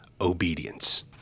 obedience